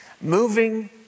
Moving